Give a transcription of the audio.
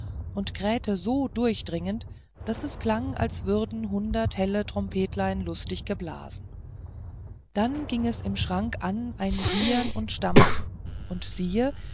und krähte so durchdringend daß es klang als würden hundert helle trompetlein lustig geblasen da ging es im schrank an ein wiehern und stampfen und siehe